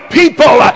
people